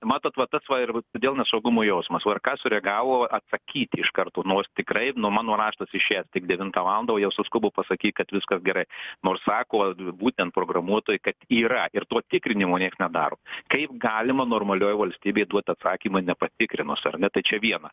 matot vat va ir vėl nesaugumo jausmas vrk sureagavo atsakyti iš karto nors tikrai nu mano raštas išėjęs tik devintą valandą o jie suskubo pasakyt kad viskas gerai nors sako būtent programuotojai kad yra ir to tikrinimo nieks nedaro kaip galima normalioj valstybėj duot atsakymą nepatikrinus ar ne tai čia viena